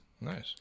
Nice